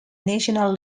national